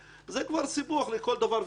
זה כבר סיפוח לכל דבר ועניין.